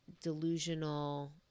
delusional